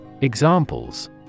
Examples